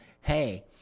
hey